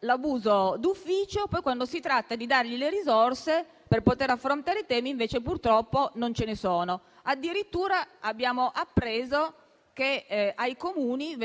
l'abuso d'ufficio; poi però, quando si tratta di dare loro le risorse per affrontare i temi, purtroppo non ce ne sono. Addirittura abbiamo appreso che, ai Comuni